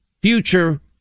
future